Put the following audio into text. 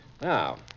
Now